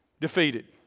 defeated